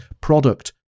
Product